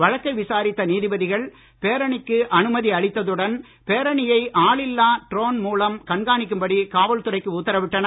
வழக்கை விசாரித்த நீதிபதிகள் பேரணிக்கு அனுமதி அளித்ததுடன் பேரணியை ஆளிலில்லா டிரோன் மூலம் கண்காணிக்கும்படி காவல்துறைக்கு உத்தரவிட்டனர்